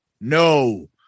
No